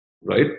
right